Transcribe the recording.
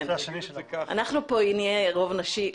אנחנו פה נהיה רוב נשי.